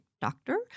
doctor